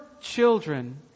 children